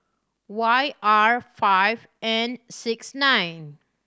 Y R five N six nine